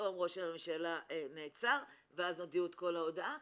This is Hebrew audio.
פתאום ראש הממשלה נעצר ואז הודיעו את כל ההודעה,